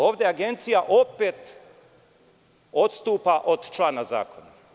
Ovde Agencija opet odstupa od člana zakona.